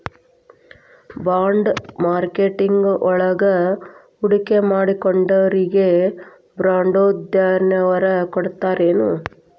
Bond marketing ವಳಗ ಹೂಡ್ಕಿಮಾಡ್ದೊರಿಗೆ ಬಾಂಡ್ರೂಪ್ದಾಗೆನರ ಕೊಡ್ತರೆನು?